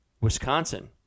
wisconsin